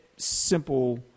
Simple